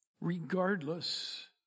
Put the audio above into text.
Regardless